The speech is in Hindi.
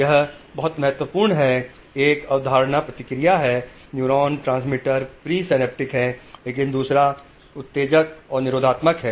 यह बहुत महत्वपूर्ण है एक अवधारणा प्रतिक्रिया है न्यूरॉन ट्रांसमीटर प्री सिनैप्टिक है लेकिन दूसरा उत्तेजक और निरोधात्मक है